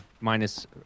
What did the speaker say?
minus